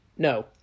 No